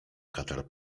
katar